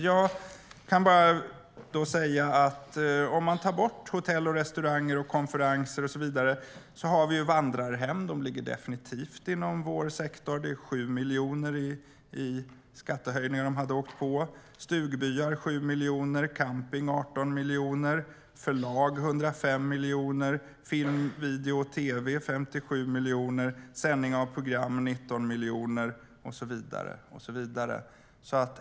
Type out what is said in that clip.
Jag kan bara säga att om man tar bort hotell, restauranger, konferenser och så vidare har vi vandrarhem - som definitivt ligger inom vår sektor - som hade åkt på 7 miljoner i skattehöjningar, stugbyar 7 miljoner, campingar 18 miljoner, förlag 105 miljoner, film, video och tv 57 miljoner, sändning av program 19 miljoner och så vidare.